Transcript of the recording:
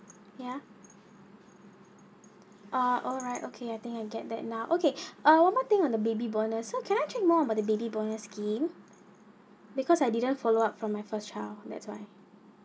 ya ah alright okay I think I get that now okay one more thing on the baby bonus so can I check more about the baby bonus scheme because I didn't follow up from my first child that's why